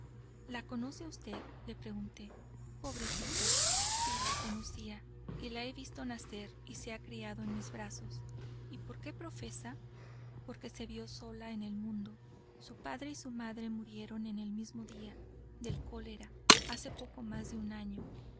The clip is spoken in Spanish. la conoce usted le pregunté pobrecita sí la conocía y la he visto nacer y se ha criado en mis brazos y por qué profesa porque se vio sola en el mundo su padre y su madre murieron en el mismo día del cólera hace poco más de un año